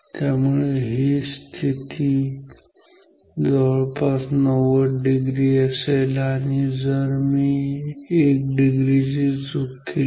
त्यामुळे हीच स्थिती जवळपास 90 डिग्री असेल जर मी 1 डिग्री ची चूक केली